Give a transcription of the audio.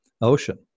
Ocean